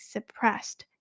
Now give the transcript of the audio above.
Suppressed